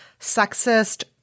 sexist